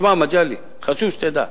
שמע, מגלי, חשוב שתדע.